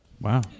Wow